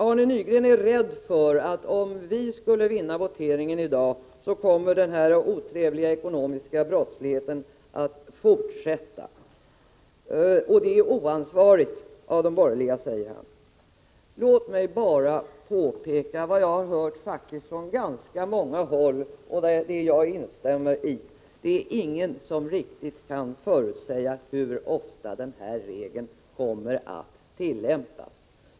Arne Nygren är rädd för att om vi skulle vinna voteringen i dag, kommer den otrevliga ekonomiska brottsligheten att fortsätta. Det är oansvarigt av de borgerliga, säger han. Låt mig bara påpeka vad jag har hört från ganska många håll och instämmer i: Det är ingen som riktigt kan förutsäga hur ofta den här regeln kommer att tillämpas.